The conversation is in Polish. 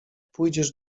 pójdziesz